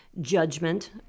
judgment